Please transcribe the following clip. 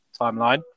timeline